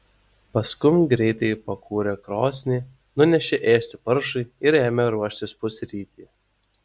paskum greitai pakūrė krosnį nunešė ėsti paršui ir ėmė ruošti pusrytį